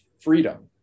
freedom